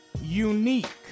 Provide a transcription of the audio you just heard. unique